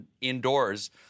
indoors